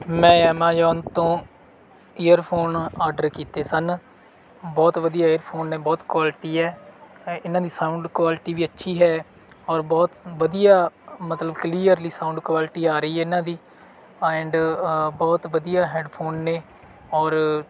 ਮੈਂ ਐਮਾਜੋਨ ਤੋਂ earphone order ਕੀਤੇ ਸਨ ਬਹੁਤ ਵਧੀਆ ਏਅਰ ਫ਼ੋਨ ਨੇ ਬਹੁਤ ਕੁਆਲਟੀ ਹੈ ਇਨ੍ਹਾਂ ਦੀ ਸਾਊਂਡ ਕੁਆਲਟੀ ਵੀ ਅੱਛੀ ਹੈ ਔਰ ਬਹੁਤ ਵਧੀਆ ਮਤਲਬ ਕਲੀਅਰਲੀ ਸਾਊਂਡ ਕੁਆਲਟੀ ਆ ਰਹੀ ਇਨ੍ਹਾਂ ਦੀ ਐਂਡ ਬਹੁਤ ਵਧੀਆ ਹੈੱਡ ਫ਼ੋਨ ਨੇ ਔਰ